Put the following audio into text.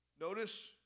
Notice